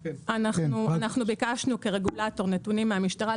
ביקשנו כרגולטור נתונים מהמשטרה.